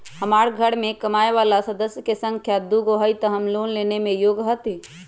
हमार घर मैं कमाए वाला सदस्य की संख्या दुगो हाई त हम लोन लेने में योग्य हती?